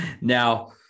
now